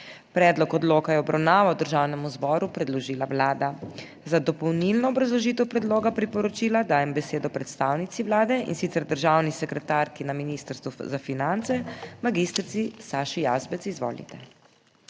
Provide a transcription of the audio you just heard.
Predlog odloka je v obravnavo Državnemu zboru predložila Vlada. Za dopolnilno obrazložitev predloga priporočila dajem besedo predstavnici Vlade, in sicer državni sekretarki na Ministrstvu za finance, magistri Saši Jazbec. Izvolite.